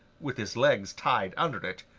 with his legs tied under it,